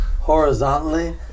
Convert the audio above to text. horizontally